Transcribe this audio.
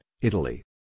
Italy